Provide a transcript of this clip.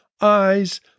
eyes